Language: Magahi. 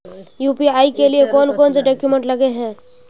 यु.पी.आई के लिए कौन कौन से डॉक्यूमेंट लगे है?